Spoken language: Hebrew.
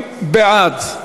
40 בעד,